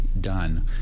done